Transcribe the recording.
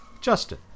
Justin